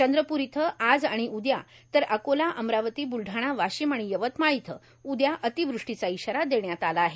चंद्रप्र इथं आज आणि उद्या तर अकोला अमरावती ब्लढाणा वाशिम आणि यवतमाळ इथं उद्या अतिवृष्टीचा इशारा देण्यात आला आहे